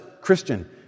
Christian